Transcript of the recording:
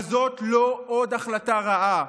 אבל זו לא עוד החלטה רעה.